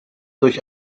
durch